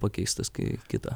pakeistas kai kitą